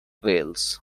wales